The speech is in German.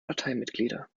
parteimitglieder